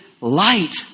light